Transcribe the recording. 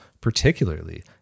particularly